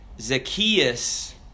Zacchaeus